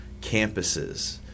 campuses